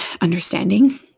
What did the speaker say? understanding